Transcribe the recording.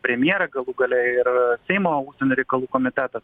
premjerė galų gale ir seimo užsienio reikalų komitetas